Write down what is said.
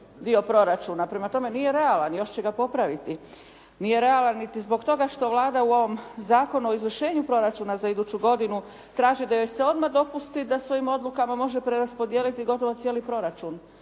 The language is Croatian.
dio proračuna. Prema tome, nije realan. Još će ga popraviti. Nije realan niti zbog toga što Vlada u ovom Zakonu o izvršenju proračuna za iduću godinu traži da joj se odmah dopusti da svojim odlukama može preraspodijeliti gotovo cijeli proračun.